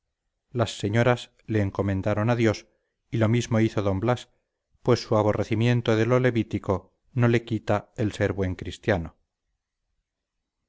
las señoras le encomendaron a dios y lo mismo hizo don blas pues su aborrecimiento de lo levítico no le quita el ser buen cristiano